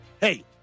Hey